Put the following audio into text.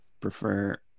prefer